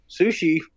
sushi